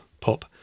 pop